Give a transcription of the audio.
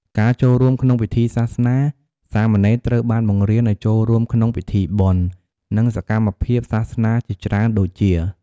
ការចូលរួមក្នុងពិធីសាសនា សាមណេរត្រូវបានបង្រៀនឱ្យចូលរួមក្នុងពិធីបុណ្យ និងសកម្មភាពសាសនាជាច្រើនដូចជា។